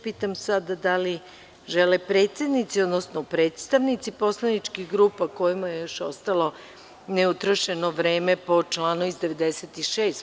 Pitam sada da li žele predsednici, odnosno predstavnici poslaničkih grupa kojima je još ostalo neutrošeno vreme po članu 96.